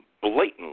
blatantly